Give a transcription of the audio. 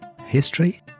history